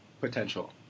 potential